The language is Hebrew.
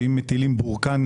אם יטילו עליהם בוראקן,